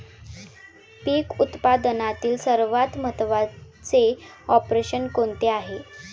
पीक उत्पादनातील सर्वात महत्त्वाचे ऑपरेशन कोणते आहे?